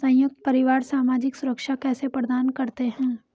संयुक्त परिवार सामाजिक सुरक्षा कैसे प्रदान करते हैं?